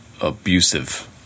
abusive